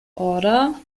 odor